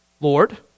Lord